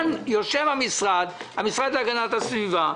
יושב כאן המשרד להגנת הסביבה.